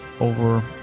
over